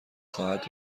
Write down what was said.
خواهد